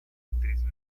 actriz